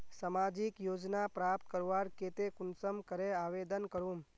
सामाजिक योजना प्राप्त करवार केते कुंसम करे आवेदन करूम?